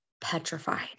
petrified